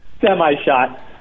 Semi-shot